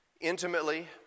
intimately